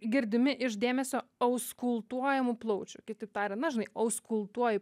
girdimi iš dėmesio auskultuojamų plaučių kitaip tariant na žinai auskultuoji